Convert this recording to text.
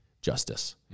justice